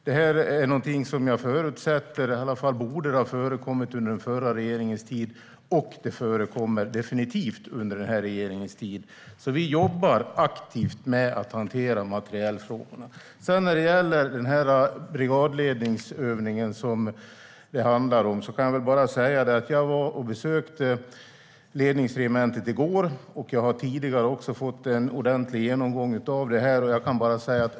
Det är någonting jag förutsätter borde ha förekommit under den förra regeringens tid, och det förekommer definitivt under den här regeringens tid. Vi jobbar aktivt med att hantera materielfrågorna. När det gäller brigadledningsövningen var jag och besökte ledningsregementet i går. Jag har också tidigare fått en ordentlig genomgång om det.